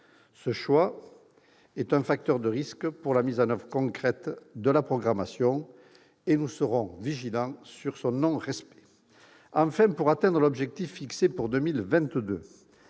Ce choix est un facteur de risque pour la mise en oeuvre concrète de la programmation. Nous serons vigilants sur son respect. Enfin, pour atteindre l'objectif fixé pour 2022,